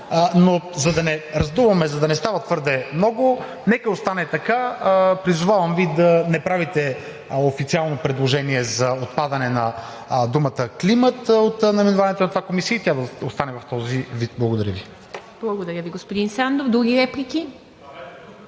но за да не раздуваме, за да не става твърде много, нека остане така. Призовавам Ви да не правите официално предложение за отпадане на думата „климат“ от наименованието на тази комисия и тя да остане в този вид. Благодаря Ви. ПРЕДСЕДАТЕЛ ИВА МИТЕВА: Благодаря Ви, господин Сандов. Други реплики?